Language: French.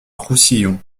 roussillon